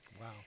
Wow